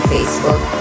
Facebook